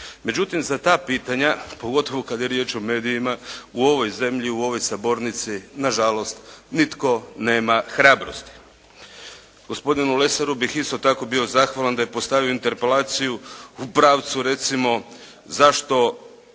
Međutim za ta pitanja, pogotovo kad je riječ o medijima u ovoj zemlji, u ovoj sabornici nažalost nitko nema hrabrosti. Gospodinu Lesaru bih isto tako bio zahvalan da je postavio interpelaciju u pravcu recimo zašto